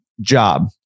job